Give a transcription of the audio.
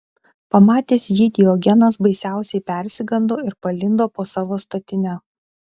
pamatęs jį diogenas baisiausiai persigando ir palindo po savo statine